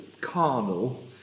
carnal